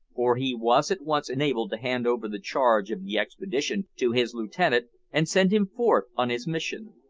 for he was at once enabled to hand over the charge of the expedition to his lieutenant, and send him forth on his mission.